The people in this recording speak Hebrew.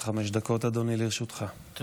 עד חמש דקות לרשותך, אדוני.